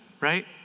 right